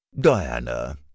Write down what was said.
Diana